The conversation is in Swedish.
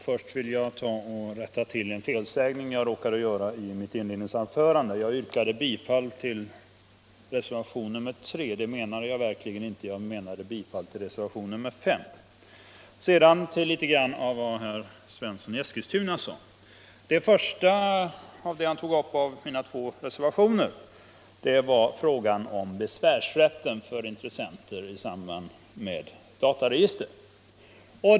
Fru talman! Jag vill göra ett par kommentarer till vad herr Svensson i Eskilstuna sade. Av de frågor som jag berört i mina två reservationer tog herr Svensson först upp besvärsrätten för intressenter i samband med dataregister.